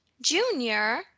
junior